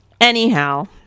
anyhow